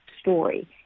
story